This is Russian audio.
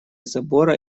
забора